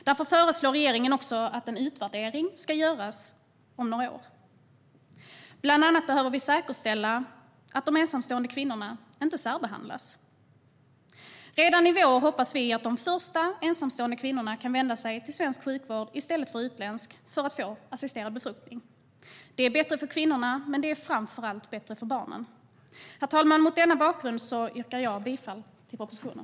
Därför föreslår regeringen att en utvärdering ska genomföras om några år. Bland annat behöver vi säkerställa att de ensamstående kvinnorna inte särbehandlas. Redan i vår hoppas vi att de första ensamstående kvinnorna kan vända sig till svensk sjukvård i stället för utländsk för att få assisterad befruktning. Det är bättre för kvinnorna, men det är framför allt bättre för barnen. Herr talman! Mot denna bakgrund yrkar jag bifall till propositionen.